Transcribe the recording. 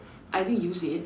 I didn't use it